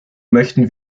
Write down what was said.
möchten